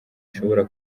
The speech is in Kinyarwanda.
ishobora